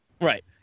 Right